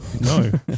No